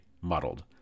muddled